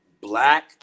black